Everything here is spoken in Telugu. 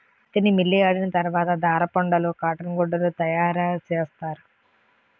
పత్తిని మిల్లియాడిన తరవాత దారపుండలు కాటన్ గుడ్డలు తయారసేస్తారు